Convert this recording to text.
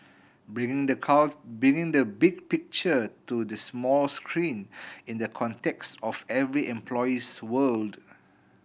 bring the bringing the big picture to the small screen in the context of every employee's world